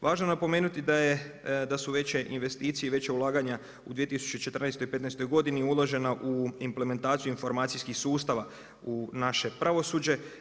Važno je napomenuti da su veće investicije i veća ulaganja u 2014. i 2015. godini uložena u implementaciju informacijskih sustava u naše pravosuđe.